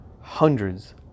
hundreds